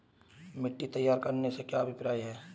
मिट्टी तैयार करने से क्या अभिप्राय है?